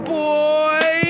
boy